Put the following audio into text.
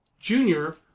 junior